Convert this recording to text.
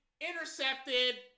Intercepted